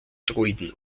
druiden